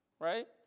right